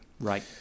Right